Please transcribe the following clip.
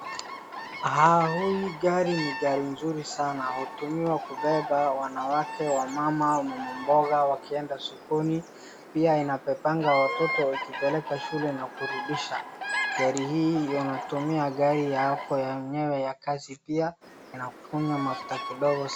Hii gari ni gari mzuri sana hutumiwa kubeba wanawake, wamama mama mboga wakienda sokoni pia inabebanga watoto ikipeleka shule na kurudisha. Gari hii unatumia gari yako yenyewe ya kazi pia inakunywa mafuta kidogo sana.